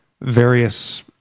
various